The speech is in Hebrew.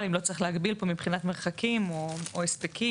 אם לא צריך להגביל פה מבחינת מרחקים או הספקים